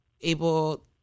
able